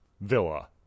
Villa